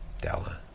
Della